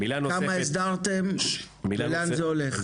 כמה הסדרתם ולאן זה הולך?